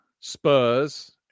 spurs